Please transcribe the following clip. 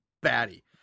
batty